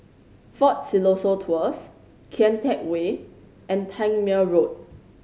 Fort Siloso Tours Kian Teck Way and Tangmere Road